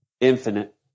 Infinite